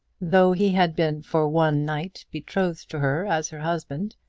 though he had been for one night betrothed to her as her husband,